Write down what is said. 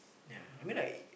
ya I mean like